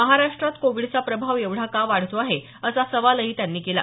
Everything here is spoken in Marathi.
महाराष्ट्रात कोविडचा प्रभाव एवढा का वाढतो आहे असा सवालही त्यांनी केला